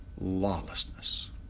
lawlessness